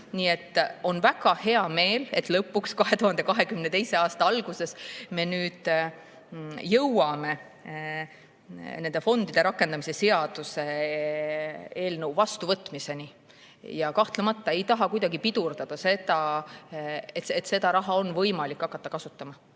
on väga hea meel, et me 2022. aasta alguses lõpuks jõuame nende fondide rakendamise seaduse vastuvõtmiseni. Me kahtlemata ei taha kuidagi pidurdada seda, et seda raha on võimalik hakata kasutama.